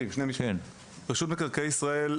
רשות מקרקעי ישראל,